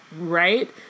Right